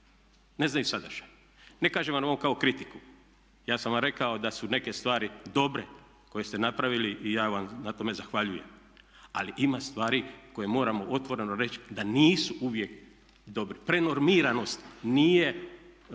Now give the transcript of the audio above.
ne znaju sadržaj. Ne kažem vam ovo kao kritiku. Ja sam vam rekao da su neke stvari dobre koje ste napravili i ja vam na tome zahvaljujem. Ali ima stvari koje moramo otvoreno reći da nisu uvijek dobre. Prenormiranost nije,